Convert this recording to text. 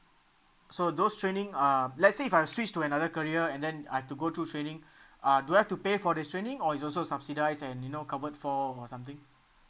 so those training um let's say if I switch to another career and then I have to go through training uh do I have to pay for this training or it's also subsidised and you know covered for or something